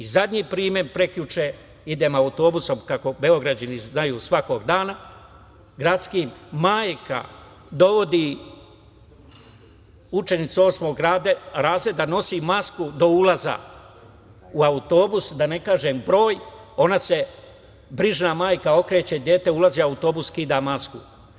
Zadnji primer, prekjuče idem autobusom, kako Beograđani znaju svakog dana, gradskim, majka dovodi učenicu 8. razreda, nosi masku do ulaza u autobus, da ne kažem broj, ona se, brižna majka okreće, dete ulazi u autobus, skida masku.